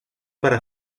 para